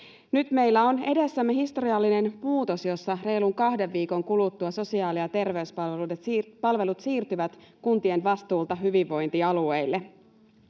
Nyt meillä on edessämme historiallinen muutos, jossa reilun kahden viikon kuluttua sosiaali- ja terveyspalvelut siirtyvät kuntien vastuulta hyvinvointialueille.